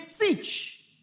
teach